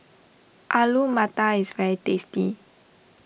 Alu Matar is very tasty